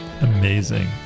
Amazing